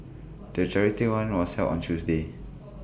the charity run was held on Tuesday